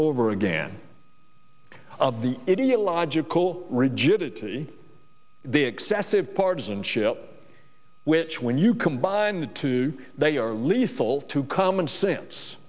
over again of the idiot logical rigidity the excessive partisanship which when you combine the two they are lethal to common sense